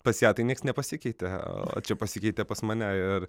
pas ją tai nieks nepasikeitė o čia pasikeitė pas mane ir